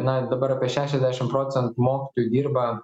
na dabar apie šešiasdešim procentų mokytojų dirba